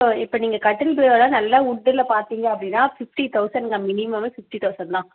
so இப்போ நீங்கள் கட்டில் பீரோலாம் நல்ல உட்டில் பார்த்தீங்க அப்படின்னா ஃபிஃப்ட்டி தௌசண்ட் தான் மினிமமே ஃபிஃப்ட்டி தௌசண்ட் தான்